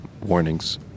warnings